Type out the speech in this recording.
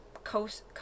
coast